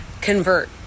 convert